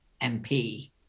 mp